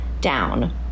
down